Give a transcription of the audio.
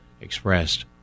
expressed